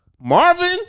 Marvin